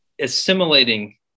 assimilating